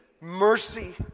mercy